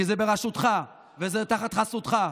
כי זה בראשותך וזה תחת חסותך,